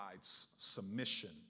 submission